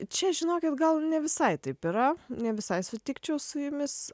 čia žinokit gal ne visai taip yra ne visai sutikčiau su jumis